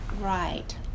right